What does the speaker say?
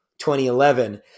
2011